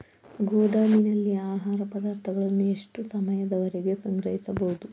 ಗೋದಾಮಿನಲ್ಲಿ ಆಹಾರ ಪದಾರ್ಥಗಳನ್ನು ಎಷ್ಟು ಸಮಯದವರೆಗೆ ಸಂಗ್ರಹಿಸಬಹುದು?